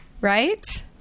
Right